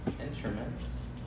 instruments